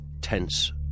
tense